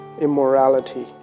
immorality